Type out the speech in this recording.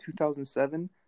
2007